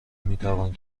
میتوان